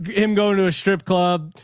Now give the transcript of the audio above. him going to a strip club,